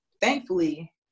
thankfully